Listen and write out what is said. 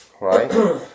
Right